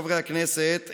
חברי הכנסת,